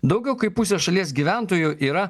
daugiau kaip pusė šalies gyventojų yra